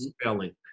spelling